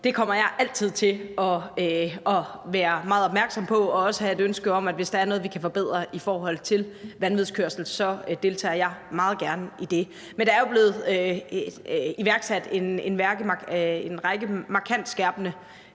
det kommer jeg altid til at være meget opmærksom på, og jeg har også et ønske om at deltage i det, hvis der er noget, vi kan forbedre i forhold til vanvidskørsel. Men der er jo blevet iværksat en række markant skærpende